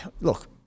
look